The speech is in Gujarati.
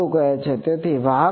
તેથી વાહકતા શું છે